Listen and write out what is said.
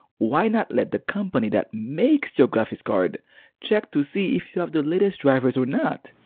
why not let the company that makes your graphics card check to see if you have the latest drivers or not?